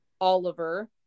Oliver